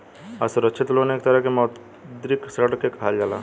असुरक्षित लोन एक तरह के मौद्रिक ऋण के कहल जाला